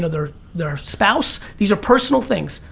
ah their their spouse, these are personal things,